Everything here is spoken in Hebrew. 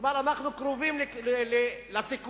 כלומר אנחנו קרובים לסיכון,